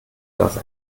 das